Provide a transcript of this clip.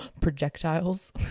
projectiles